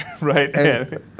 right